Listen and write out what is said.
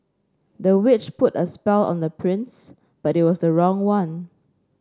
the witch put a spell on the prince but it was the wrong one